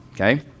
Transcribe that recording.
Okay